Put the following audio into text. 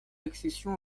accession